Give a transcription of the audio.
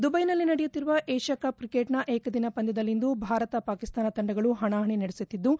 ದುದೈನಲ್ಲಿ ನಡೆಯುತ್ತಿರುವ Asia cup ಕ್ರಿಕೆಟ್ನ ಏಕದಿನ ಪಂದ್ಯದಲ್ಲಿಂದು ಭಾರತ ಪಾಕಿಸ್ತಾನ ತಂಡಗಳು ಹಣಾಹಣಿ ನಡೆಸುತ್ತಿದ್ದು